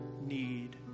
need